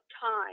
time